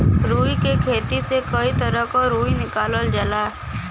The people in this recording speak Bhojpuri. रुई के खेती से कई तरह क रुई निकालल जाला